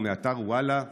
ומאתר וואלה בפרט.